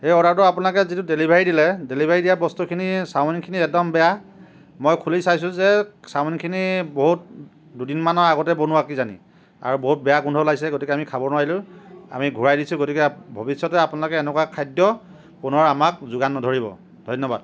সেই অৰ্ডাৰটোত আপোনালোকে যি ডেলিভাৰী দিলে ডেলিভাৰী দিয়া বস্তুখিনি চাওমিনখিনি একদম বেয়া মই খুলি চাইছোঁ যে চাওমিনখিনি বহুত দুদিনমানৰ আগতে বনোৱা কিজানি আৰু বহুত বেয়া গোন্ধ ওলাইছে গতিকে আমি খাব নোৱাৰিলোঁ আমি ঘূৰাই দিছোঁ গতিকে ভৱিষ্যতে আপোনালোকে এনেকুৱা খাদ্য পুনৰ আমাক যোগান নধৰিব ধন্যবাদ